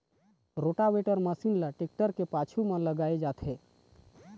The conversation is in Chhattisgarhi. रोटावेटर मसीन ल टेक्टर के पाछू म लगाए जाथे